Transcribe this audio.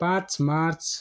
पाँच मार्च